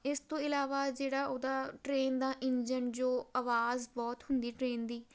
ਇਸ ਤੋਂ ਇਲਾਵਾ ਜਿਹੜਾ ਉਹਦਾ ਟ੍ਰੇਨ ਦਾ ਇੰਜਨ ਜੋ ਆਵਾਜ਼ ਬਹੁਤ ਹੁੰਦੀ ਟ੍ਰੇਨ ਦੀ